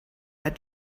had